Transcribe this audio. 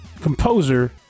composer